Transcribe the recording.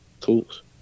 tools